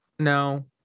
No